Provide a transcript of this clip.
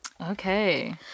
Okay